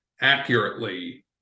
accurately